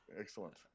Excellent